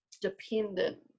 dependent